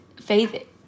faith